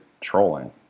trolling